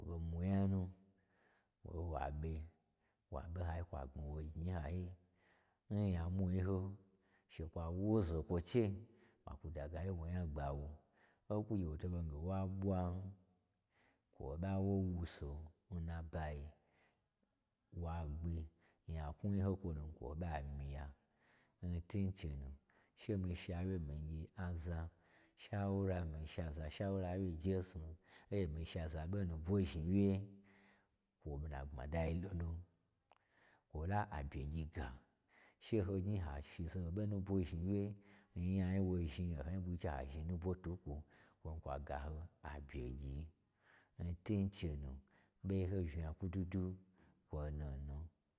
Wo ɓo mwu nya nu, wa lo wa ɓe, wa ɓe n hayi kwa gbmi wo gnyi n hayi nnyamwu yi ho, shekwa wu wo zo kwo che, wakwu dagayi wo nya gbawo, ho kwu gye wo to ɓon ghe wa ɓwa, kwo ɓo ɓa wo wu so n nabaya wa gbi. Nyaknwu yi n kwonu kwo ɓo ɓa myiya, n twu n chenu, she mii shawye mii gye aza shawula mii shi aza shawula wye njesnu. N ha gye mii shi aza ɓo nubwo zhniwye kwo n na gbmada yi lolo kwola a byegyi ga. She ho gnyi ha shi zaho ɓo nubwo zhni wye, n nyayi nwo zhni n nyayi n wo zhni o hoi ɓwui che ha zhni nubwo twu n kwo kwa ga ho abye gyi, n twun chenu ɓei ho vnga gwudwudwu kwo nu nu.